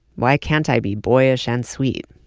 why can't i be boyish and sweet,